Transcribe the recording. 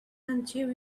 until